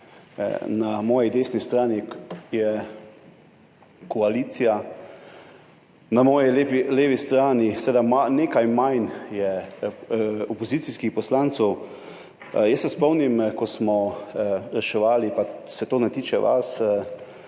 Na moji desni strani je koalicija, na moji levi strani, seveda, je nekaj manj opozicijskih poslancev. Jaz se spomnim, ko smo reševali, pa to se ne tiče vas,